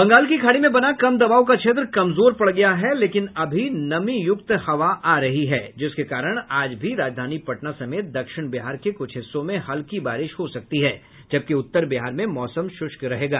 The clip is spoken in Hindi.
बंगाल की खाड़ी में बना कम दबाव का क्षेत्र कमजोर पड़ गया है लेकिन अभी नमीयुक्त हवा आ रही है जिसके कारण आज भी राजधानी पटना समेत दक्षिण बिहार के कुछ हिस्सों में हल्की बारिश हो सकती है जबकि उत्तर बिहार में मौसम शुष्क रहेगा